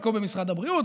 חלקו במשרד הבריאות,